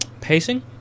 pacing